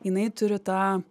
jinai turi tą